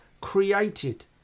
created